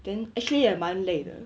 then actually 也蛮累的